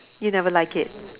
you never like it